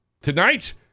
tonight